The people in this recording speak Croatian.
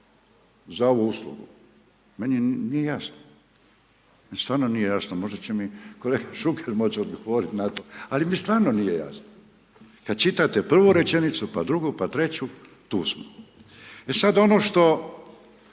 za ovu uslugu? Meni nije jasno i stvarno mi nije jasno. Možda će mi kolega Šuker moći odgovoriti na to, ali mi stvarno nije jasno? Kada čitate prvu rečenicu, pa drugu, pa treću tu smo. E sada ono što